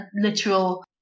literal